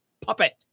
puppet